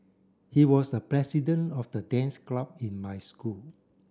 he was the president of the dance club in my school